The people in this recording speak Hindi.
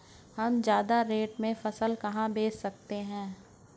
हम ज्यादा रेट में फसल कहाँ बेच सकते हैं?